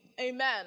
amen